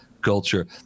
culture